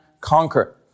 conquer